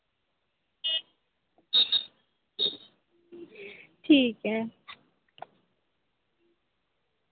ठीक ऐ